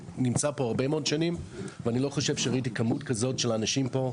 אני נמצא פה הרבה מאוד שנים ואני לא חושב שראיתי כמות כזו של אנשים פה.